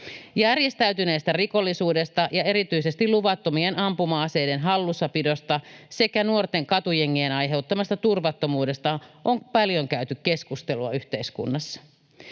Järjestäytyneestä rikollisuudesta ja erityisesti luvattomien ampuma-aseiden hallussapidosta sekä nuorten katujengien aiheuttamasta turvattomuudesta on paljon käyty keskustelua yhteiskunnassa.